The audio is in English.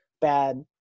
bad